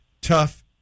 tough